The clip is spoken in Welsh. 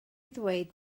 ddweud